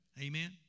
Amen